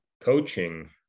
coaching